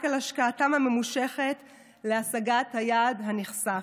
על השקעתם הממושכת להשגת היעד הנכסף.